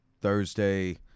Thursday